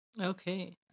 Okay